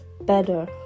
better